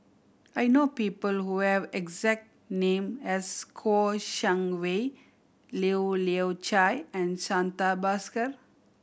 I know people who have exact name as Kouo Shang Wei Leu Yew Chye and Santha Bhaskar